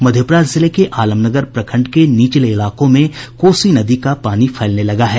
मधेपुरा जिले के आलमनगर प्रखंड के निचले इलाकों में कोसी नदी का पानी फैलने लगा है